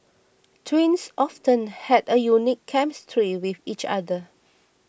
twins often had a unique chemistry with each other